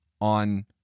on